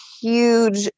huge